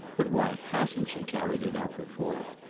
but why hasn't she carried it out before?